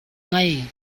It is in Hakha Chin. ngei